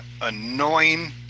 annoying